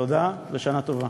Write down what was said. תודה ושנה טובה.